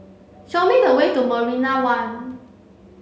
show me the way to Marina One